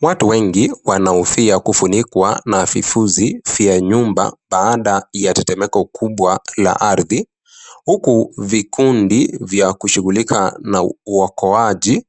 Watu wengi wanahofia kufunikwa na vifuzi vya nyumba baada ya tetemeko kubwa la ardhi. Huku vikundi vya kushughulika na uokoaji